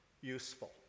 useful